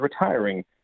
retiring